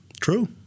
True